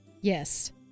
Yes